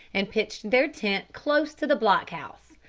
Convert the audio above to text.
and pitched their tent close to the block-house.